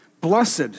blessed